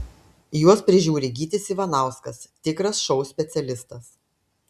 juos prižiūri gytis ivanauskas tikras šou specialistas